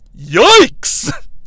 Yikes